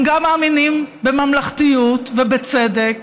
הם גם מאמינים בממלכתיות ובצדק